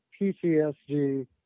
PTSD